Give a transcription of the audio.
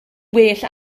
well